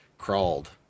crawled